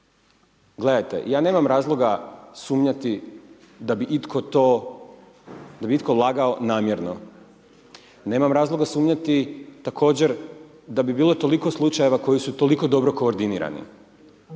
Gledajte, ja nemam razloga sumnjati da bi itko lagao namjerno. Nemam razloga sumnjati također da bi bilo toliko slučajeva koji su toliko dobro koordinirani.